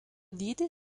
dydį